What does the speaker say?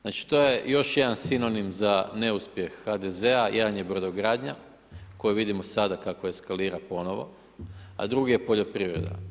Znači to je još jedan sinonim za neuspjeh HDZ-a jedan je brodogradnja, koju vidimo sada kako eskalira ponovno, a drugi je poljoprivreda.